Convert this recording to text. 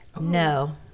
No